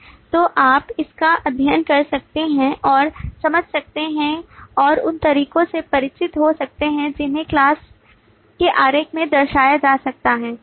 तो आप इसका अध्ययन कर सकते हैं और समझ सकते हैं और उन तरीकों से परिचित हो सकते हैं जिन्हें class के आरेख में दर्शाया जा सकता है